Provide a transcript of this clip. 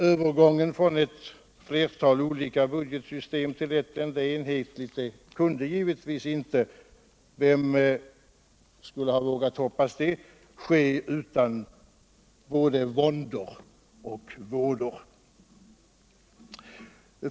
Övergången frän ett flertal olika budgetsystem till ett enda enhetligt kunde givetvis inte — vem skulle ha vågat hoppas detta — ske utan både våndor och vådor.